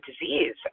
disease